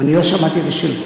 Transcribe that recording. אני לא שמעתי את השם.